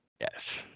Yes